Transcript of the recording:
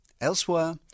elsewhere